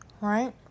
right